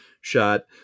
shot